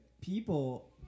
people